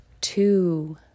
two